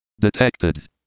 Detected